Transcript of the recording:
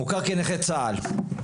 מוכר כנכה צה"ל.